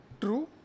true